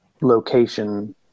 location